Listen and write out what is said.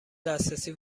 دسترسی